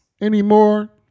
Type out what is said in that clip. anymore